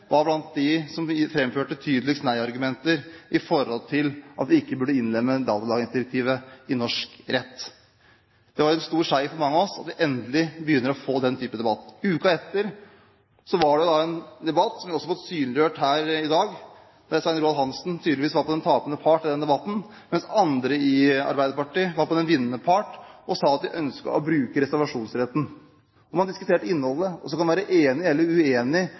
var blant dem som framførte tydeligst nei-argumenter for at vi ikke burde innlemme datalagringsdirektivet i norsk rett. Det var en stor seier for mange av oss at vi endelig begynte å få den typen debatt. Uken etter var det en debatt som vi også har fått synliggjort her i dag, der Svein Roald Hansen tydeligvis var på den tapende parts side, mens andre i Arbeiderpartiet var på den vinnende parts side og sa at de ønsket å bruke reservasjonsretten. Og man diskuterte innholdet. Så kan man være enig eller uenig